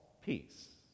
peace